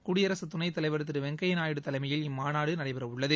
குடியரசுத் துணைத் தலைவர் திரு வெங்கையா நாயுடு தலைமையில் இம்மாநாடு நடைபெற உள்ளது